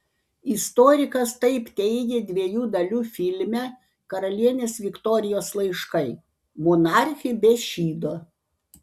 istorikas taip teigė dviejų dalių filme karalienės viktorijos laiškai monarchė be šydo